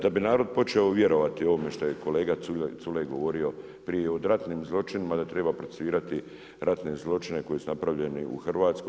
Da bi narod počeo vjerovati ovome što je kolega Culej govorio prije o ratnim zločinima, da treba procesuirati ratne zločine koji su napravljeni u Hrvatskoj.